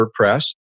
WordPress